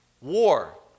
war